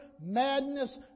madness